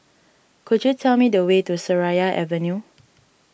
could you tell me the way to Seraya Avenue